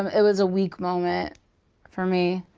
um it was a weak moment for me.